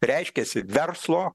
reiškiasi verslo